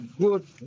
good